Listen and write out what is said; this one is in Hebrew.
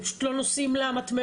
הם פשוט לא נוסעים למטמנות,